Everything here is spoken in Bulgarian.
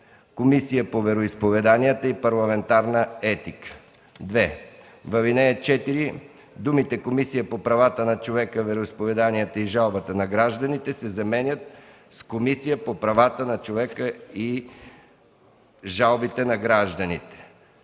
Комисия по вероизповеданията и парламентарна етика.” 2. В ал. 4 думите „Комисията по правата на човека, вероизповеданията и жалбите на гражданите” се заменят с „Комисията по правата на човека и жалбите на гражданите”.”